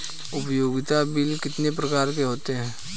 उपयोगिता बिल कितने प्रकार के होते हैं?